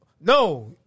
no